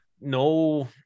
No